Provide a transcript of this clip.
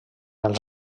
els